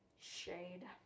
shade